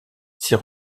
ses